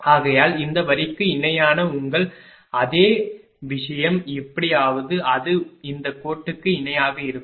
ஆகையால் இந்த வரிக்கு இணையான உங்கள் அதே விஷயம் எப்படியாவது அது இந்த கோட்டுக்கு இணையாக இருக்கும்